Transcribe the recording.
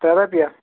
ترٛےٚ رۄپیہ